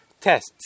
tests